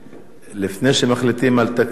לפני שמחליטים על תקציבים,